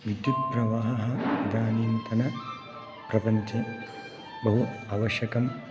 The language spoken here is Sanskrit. विद्युत् प्रवाहः इदानीन्तन प्रपञ्चे बहु आवश्यकम्